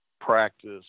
practice